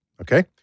okay